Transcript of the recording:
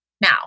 Now